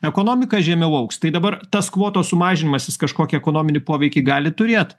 ekonomika žemiau augs tai dabar tas kvotos sumažinimas jis kažkokį ekonominį poveikį gali turėt